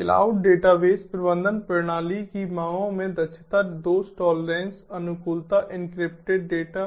cloud database प्रबंधन प्रणाली की मांगों में दक्षता दोष टोलरेंस अनुकूलता एन्क्रिप्टेड डेटा